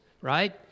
right